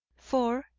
for,